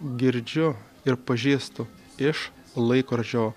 girdžiu ir pažįstu iš laikrodžio